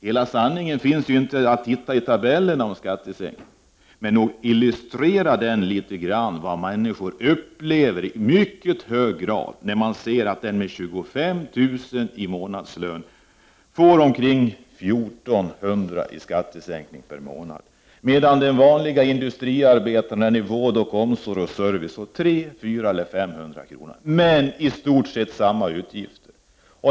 Hela sanningen finns inte att hitta i tabellerna om skattesänkningen, men nog illustrerar de litet grand vad människor upplever i mycket hög grad när man ser att den som har 25 000 kr. i månadslön får omkring 1400 kr. i skattesänkning per månad medan den vanliga industriarbetaren och den som arbetar inom vård, omsorg och service får 300, 400 eller 500 kr. i skattesänkning men har i stort sett samma utgifter.